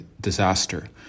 disaster